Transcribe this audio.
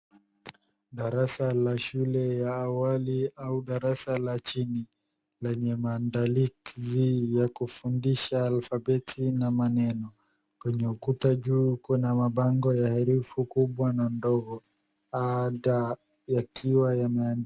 Darasa la shule ya awali au darasa la chini lenye ya maandaliki ya kufundisha alphabeti na maneno, kwenye ukuta juu kuna mabango ya herufi kubwa na ndogo a d yakiwa yana.